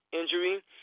injury